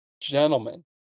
Gentlemen